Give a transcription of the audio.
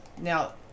Now